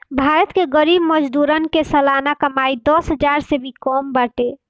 भारत के गरीब मजदूरन के सलाना कमाई दस हजार से भी कम बाटे